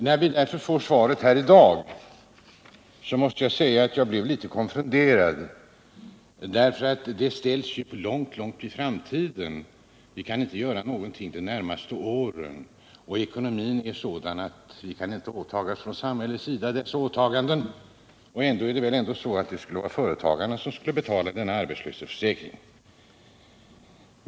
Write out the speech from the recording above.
När vi alltså får svaret här i dag måste jag emellertid säga att jag blev litet konfunderad därför att frågan enligt arbetsmarknadsministern skjuts långt in i framtiden — det lär inte kunna göras någonting åt den under de närmaste åren, då ekonomin är sådan att samhället inte kan bära dessa åtaganden enligt Rolf Wirtén. Ändå är det så, att det är företagarna som skulle betala denna arbetslöshetsförsäkring.